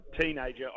teenager